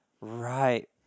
Right